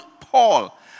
Paul